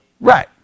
Right